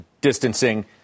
distancing